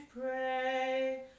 pray